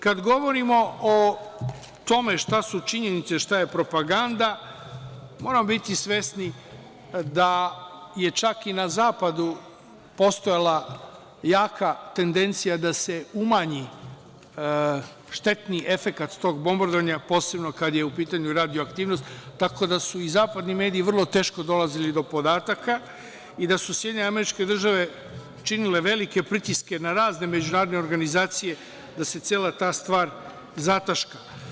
Kad govorimo o tome šta su činjenice i šta je propaganda, moramo biti svesni da je čak i na zapadu postojala jaka tendencija da se umanji štetni efekat tog bombardovanja, posebno kada je u pitanju radioaktivnost, tako da su i zapadni mediji vrlo teško dolazili do podataka i da su SAD činile velike pritiske na razne međunarodne organizacije da se cela ta stvar zataška.